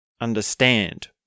understand